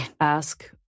ask